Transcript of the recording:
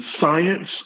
science